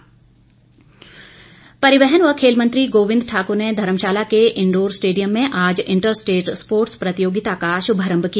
गोबिंद परिवहन व खेल मंत्री गोबिंद ठाकुर ने धर्मशाला के इनडोर स्टेडियम में आज इंटर स्टेट स्पोर्टस प्रतियोगिता का शुभारंभ किया